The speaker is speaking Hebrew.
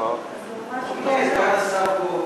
סגן השר פה,